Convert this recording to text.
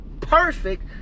perfect